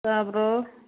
ꯇꯥꯕ꯭ꯔꯣ